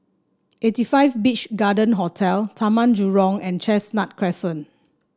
Eighty Five Beach Garden Hotel Taman Jurong and Chestnut Crescent